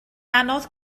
anodd